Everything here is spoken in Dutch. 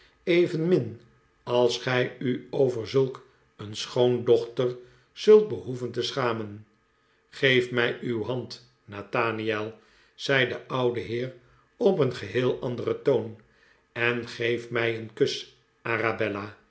evenmin als gij u over zulk een sehoondochter zult behoeven te schamen geef mij uw hand nathaniel zei de oude heer op een geheel andereh toon en geef mij een kus